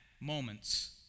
moments